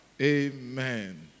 Amen